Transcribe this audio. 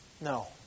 No